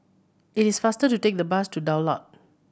it is faster to take the bus to Daulat